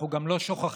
אנחנו גם לא שוכחים